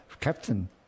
captain